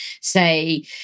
say